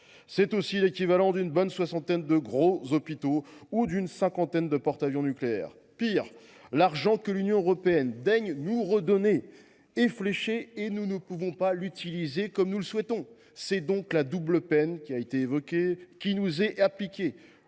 C’est aussi l’équivalent d’une bonne soixantaine de gros hôpitaux ou d’une cinquantaine de porte avions nucléaires. Pis, l’argent que l’Union européenne daigne nous redonner est fléché et nous ne pouvons pas l’utiliser comme nous le souhaitons. C’est donc la double peine – cette expression a déjà été utilisée – qui nous est appliquée.